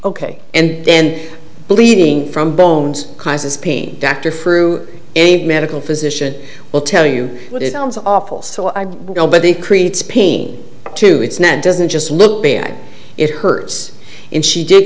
ok and then bleeding from bones causes pain dr frou a medical physician will tell you what it sounds awful so i go but it creates pain too it's not doesn't just look bad it hurts and she did